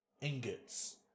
ingots